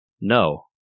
No